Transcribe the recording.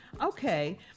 Okay